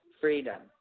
Freedom